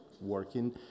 working